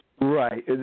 Right